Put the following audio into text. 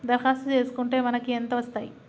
దరఖాస్తు చేస్కుంటే మనకి ఎంత వస్తాయి?